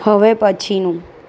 હવે પછીનું